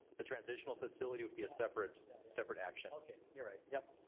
the transitional facility would be a separate separate action. okay, you're right, yep,